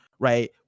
right